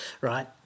right